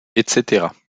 etc